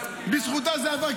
בזכותה זה עבר,